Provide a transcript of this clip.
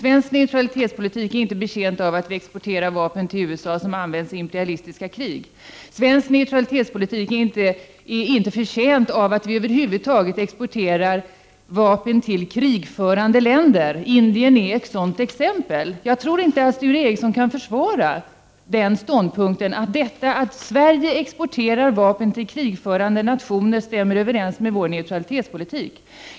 Svensk neutralitetspolitik är inte betjänt av att vi exporterar vapen till USA som används i imperialistiska krig. Svensk neutralitetspolitik är inte betjänt av att vi över huvud taget exporterar vapen till krigförande länder, t.ex. Indien. Jag tror inte att Sture Ericson kan försvara att detta, att Sverige exporterar vapen till krigförande nationer, stämmer överens med svensk neutralitetspolitik.